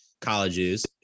colleges